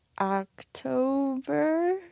October